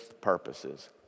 purposes